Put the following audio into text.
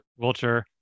Wilcher